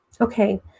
Okay